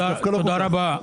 תודה רבה.